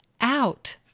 out